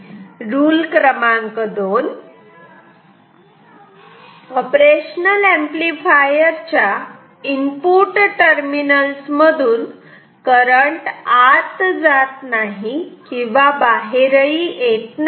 rule क्रमांक 2 operational amplifier च्या input terminals मधून करंट आत जात नाही किंवा बाहेरही येत नाही